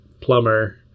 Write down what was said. plumber